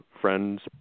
friends